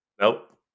Nope